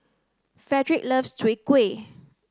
Fredrick loves Chai Kuih